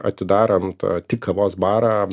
atidarant tik kavos barą